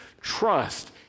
trust